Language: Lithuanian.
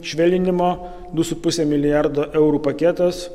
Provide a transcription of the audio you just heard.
švelninimo du su puse milijardo eurų paketas